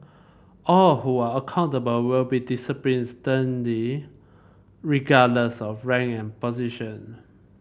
all who are accountable will be disciplined sternly regardless of rank and position